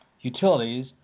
Utilities